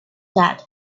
that